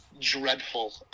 dreadful